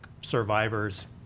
survivor's